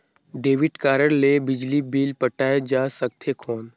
Debit card ले बिजली bill पटाय जा सकथे कौन?